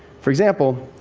for example,